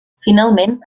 finalment